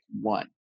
one